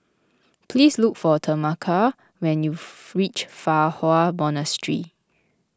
please look for Tameka when you reach Fa Hua Monastery